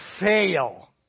fail